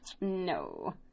No